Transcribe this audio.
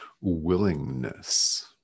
willingness